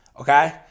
Okay